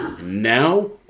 Now